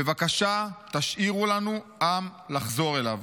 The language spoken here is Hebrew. בבקשה, תשאירו לנו עם לחזור אליו".